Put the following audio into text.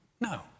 No